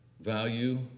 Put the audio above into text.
Value